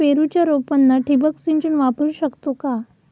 पेरूच्या रोपांना ठिबक सिंचन वापरू शकतो का?